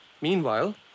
Meanwhile